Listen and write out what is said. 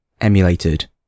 emulated